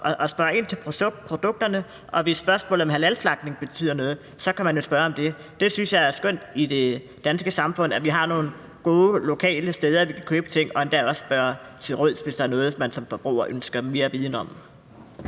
og spørge ind til produkterne, og hvis spørgsmålet om halalslagtning betyder noget, kan man jo spørge om det. Det synes jeg er skønt i det danske samfund, altså at vi har nogle gode, lokale steder, vi kan købe ting og endda også spørge til råds, hvis der er noget, man som forbruger ønsker mere viden om.